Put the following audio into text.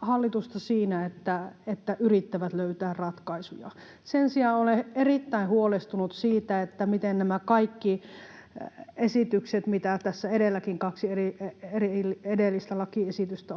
hallitusta siinä, että se yrittää löytää ratkaisuja. Sen sijaan olen erittäin huolestunut siitä, miten näiden kaikkien esitysten — tässä edelläkin oli kaksi lakiesitystä